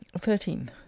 thirteen